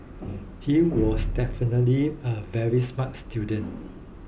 he was definitely a very smart student